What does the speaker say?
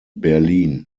berlin